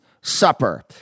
Supper